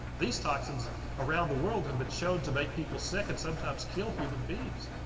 these toxins around the world have been shown to make people sick and sometimes kill human beings.